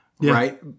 right